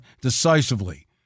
decisively